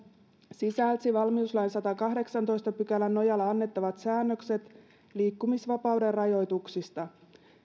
sisälsi valmiuslain sadannenkahdeksannentoista pykälän nojalla annettavat säännökset liikkumisvapauden rajoituksista